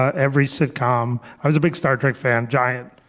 every sitcom, i was a big star trek fan, giant,